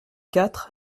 quatre